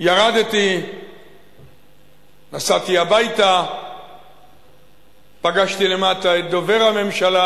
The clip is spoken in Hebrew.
ירדתי בדרכי הביתה ופגשתי למטה את דובר הממשלה.